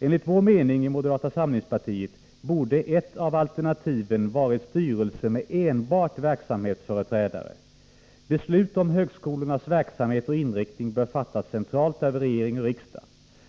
Enligt vår mening i moderata samlingspartiet borde ett av alternativen ha varit styrelse med enbart verksamhetsföreträdare. Beslut om högskolornas verksamhet och inriktning bör fattas centralt av regering och riksdag.